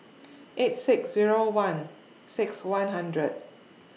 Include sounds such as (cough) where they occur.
(noise) eight six Zero one six one hundred